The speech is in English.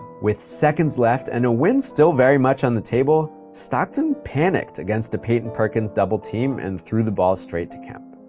with seconds left and a win still very much on the table, stockton panicked against a payton-perkins double team and threw the ball straight to kemp.